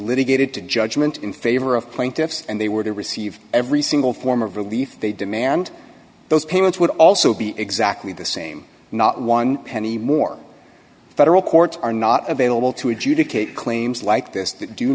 litigated to judgment in favor of plaintiffs and they were to receive every single form of relief they demand those payments would also be exactly the same not one penny more federal courts are not available to adjudicate claims like this